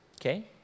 Okay